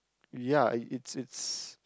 ya it's it's